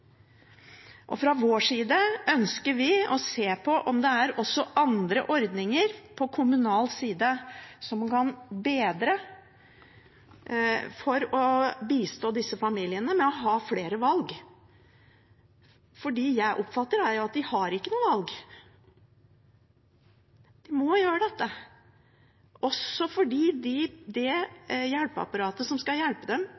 Fra vår side ønsker vi å se på om det også er andre ordninger på kommunal side som kan bistå disse familiene slik at de kan ha flere valg. For det jeg oppfatter, er at de ikke har noe valg. De må gjøre dette, også fordi det hjelpeapparatet som skal hjelpe dem,